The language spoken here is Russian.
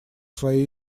своей